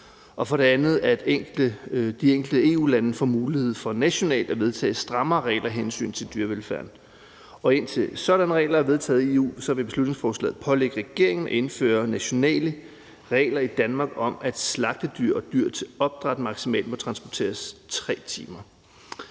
og for det andet, at de enkelte EU-lande får mulighed for nationalt at vedtage strammere regler af hensyn til dyrevelfærden. Indtil sådanne regler er vedtaget i EU, vil beslutningsforslaget pålægge regeringen at indføre nationale regler i Danmark om, at slagtedyr og dyr til opdræt maksimalt må transporteres i 3 timer.